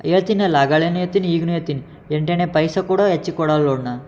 ಹೇಳ್ತೀನಲ್ಲ ಆಗಲೆ ಏನು ಹೇಳ್ತಿ ಈಗಲೂ ಹೇಳ್ತೀನಿ ಎಂಟಾಣೆ ಪೈಸೆ ಕೂಡ ಹೆಚ್ಚಿಗೆ ಕೊಡಲ್ಲ ನೋಡಿ ನಾನು